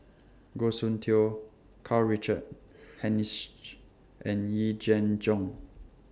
Goh Soon Tioe Karl Richard Hanitsch and Yee Jenn Jong